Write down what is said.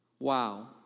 Wow